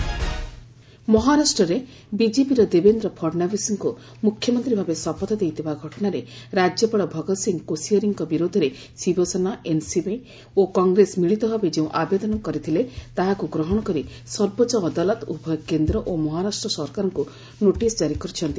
SC ମହା ମହାରାଷ୍ଟ୍ରରେ ବିଜେପିର ଦେବେନ୍ଦ୍ର ଫଡନବିସ୍ଙ୍କୁ ମୁଖ୍ୟମନ୍ତ୍ରୀଭାବେ ଶପଥ ଦେଇଥିବା ଘଟଣାରେ ରାଜ୍ୟପାଳ ଭଗତ ସିଂ କୋଶିଆରୀଙ୍କ ବିରୋଧରେ ଶିବସେନା ଏନ୍ସିବି ଓ କଂଗ୍ରେସ ମିଳିତ ଭାବେ ଯେଉଁ ଆବେଦନ କରିଥିଲେ ତାହାକୁ ଗ୍ରହଣ କରି ସର୍ବୋଚ୍ଚ ଅଦାଲତ ଉଭୟ କେନ୍ଦ୍ର ଓ ମହାରାଷ୍ଟ୍ର ସରକାରଙ୍କୁ ନୋଟିସ୍ ଜାରି କରିଛନ୍ତି